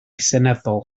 seneddol